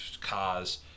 cars